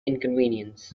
inconvenience